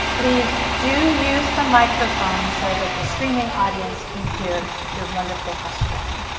please do use the microphone so that the streaming audience can hear your wonderful question.